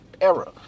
era